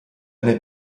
eine